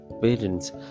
parents